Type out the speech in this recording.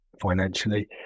financially